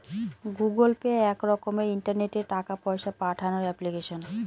Google Pay এক রকমের ইন্টারনেটে টাকা পয়সা পাঠানোর এপ্লিকেশন